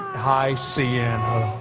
hi, sienna.